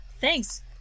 thanks